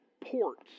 ports